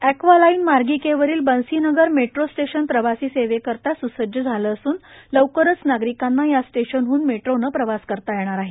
aqua line मार्गीकेवरील Bansi Nagar metro station प्रवासी सेवेकरिता स्सज्ज झाले असून लवकरच नागरिकांना या स्टेशन हन मेट्रोने प्रवास करता येणार आहे